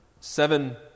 Seven